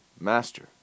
Master